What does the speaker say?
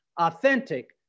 authentic